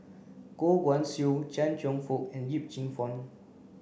Goh Guan Siew Chia Cheong Fook and Yip Cheong Fun